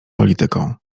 polityką